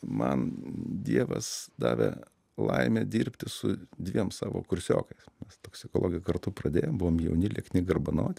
man dievas davė laimę dirbti su dviem savo kursiokais toksikologijoj kartu pradėjome buvome jauni liekni garbanoti